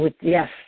Yes